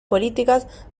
políticas